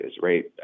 Right